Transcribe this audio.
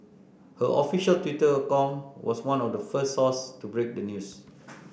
her official Twitter account was one of the first sources to break the news